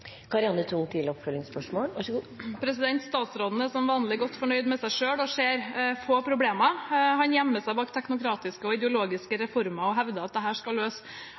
Statsråden er som vanlig godt fornøyd med seg selv og ser få problemer. Han gjemmer seg bak teknokratiske og ideologiske reformer og hevder at dette skal